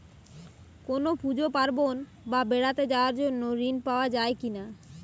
কোনো পুজো পার্বণ বা বেড়াতে যাওয়ার জন্য ঋণ পাওয়া যায় কিনা?